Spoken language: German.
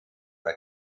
der